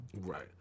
Right